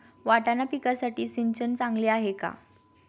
वाटाणा पिकासाठी सिंचन चांगले आहे का?